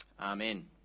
Amen